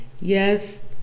yes